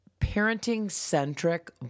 parenting-centric